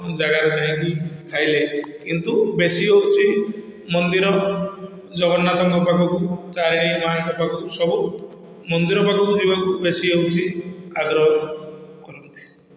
ଜାଗାରେ ଯାଇକି ବି ଖାଇଲେ କିନ୍ତୁ ବେଶୀ ହେଉଛି ମନ୍ଦିର ଜଗନ୍ନାଥଙ୍କ ପାଖକୁ ତାରିଣୀ ମା'ଙ୍କ ପାଖକୁ ସବୁ ମନ୍ଦିର ପାଖକୁ ଯିବାକୁ ବେଶୀ ହେଉଛି ଆଗ୍ରହ କରନ୍ତି